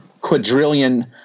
quadrillion